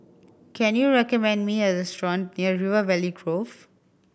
can you recommend me a restaurant near River Valley Grove